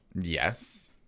Yes